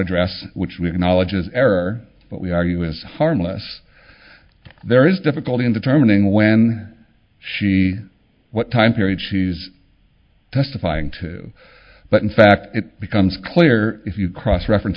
address which we acknowledge as error but we argue is harmless there is difficulty in determining when she what time period choose testifying to but in fact it becomes clear if you cross reference